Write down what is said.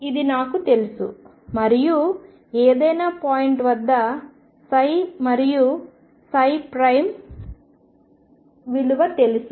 ఇది నాకు తెలుసు మరియు ఏదైనా పాయింట్ వద్ద మరియు విలువ తెలుసు